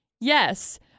Yes